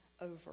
over